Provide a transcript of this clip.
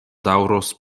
daŭros